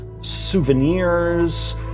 souvenirs